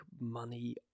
money